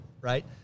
right